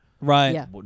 Right